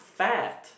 fat